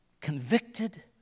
convicted